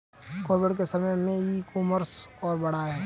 Covid के समय में ई कॉमर्स और बढ़ा है